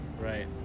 Right